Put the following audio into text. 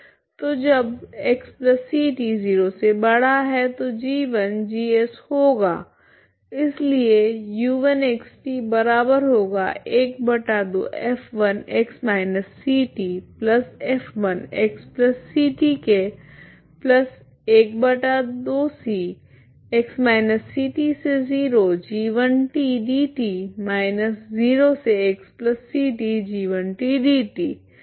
तो जब xct0 तो g1 g होगा